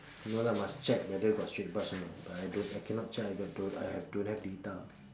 no lah must check whether got straight bus or not but I don't I cannot check I got to I have don't have data